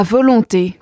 Volonté